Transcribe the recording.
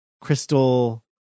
Crystal